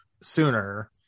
sooner